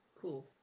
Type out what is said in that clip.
Cool